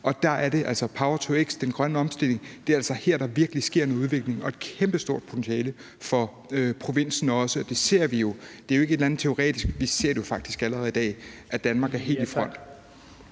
Der er det altså i power-to-x, den grønne omstilling, at der virkelig sker en udvikling, og hvor der et kæmpestort potentiale for provinsen. Det er ikke et eller andet teoretisk. Vi ser jo faktisk allerede i dag, at Danmark er helt i front.